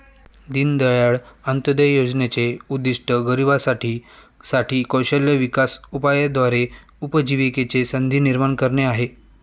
दीनदयाळ अंत्योदय योजनेचे उद्दिष्ट गरिबांसाठी साठी कौशल्य विकास उपायाद्वारे उपजीविकेच्या संधी निर्माण करणे आहे